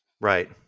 Right